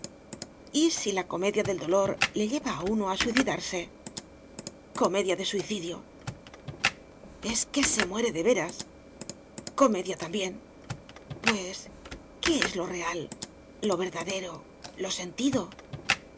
si la comedia del dolor le lleva a uno a suicidarse comedia de suicidio es que se muere de veras comedia también pues qué es lo real lo verdadero lo sentido